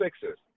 Sixers